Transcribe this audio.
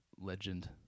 legend